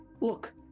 Look